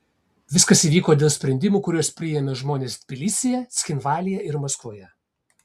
viskas įvyko dėl sprendimų kuriuos priėmė žmonės tbilisyje cchinvalyje ir maskvoje